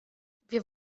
wir